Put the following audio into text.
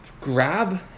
Grab